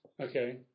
Okay